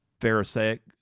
pharisaic